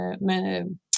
men